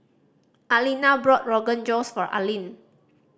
Alina bought Rogan Josh for Aline